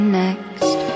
next